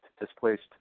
displaced